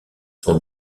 sont